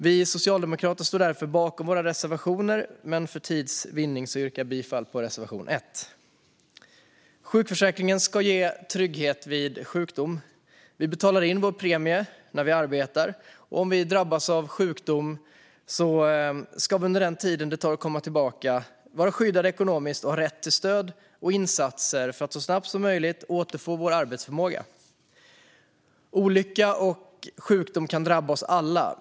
Vi socialdemokrater står därför bakom våra reservationer, men för tids vinning yrkar jag bifall endast till reservation 1. Sjukförsäkringen ska ge trygghet vid sjukdom. Vi betalar in vår premie när vi arbetar. Om vi drabbas av sjukdom ska vi under tiden det tar att komma tillbaka vara skyddade ekonomiskt och ha rätt till stöd och insatser för att så snabbt som möjligt återfå vår arbetsförmåga. Olycka och sjukdom kan drabba oss alla.